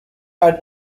are